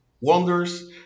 wonders